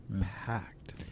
packed